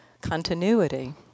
continuity